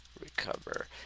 recover